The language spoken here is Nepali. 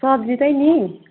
सब्जी चाहिँ नि